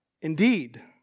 Indeed